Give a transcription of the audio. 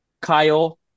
Kyle